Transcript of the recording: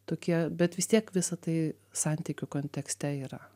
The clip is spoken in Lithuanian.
tokie bet vis tiek visa tai santykių kontekste yra